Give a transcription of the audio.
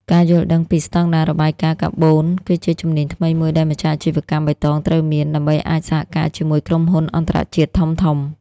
ការយល់ដឹងពី "ស្ដង់ដាររបាយការណ៍កាបូន" គឺជាជំនាញថ្មីមួយដែលម្ចាស់អាជីវកម្មបៃតងត្រូវមាន ដើម្បីអាចសហការជាមួយក្រុមហ៊ុនអន្តរជាតិធំៗ។